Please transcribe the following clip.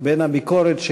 בין הביקורת,